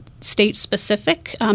state-specific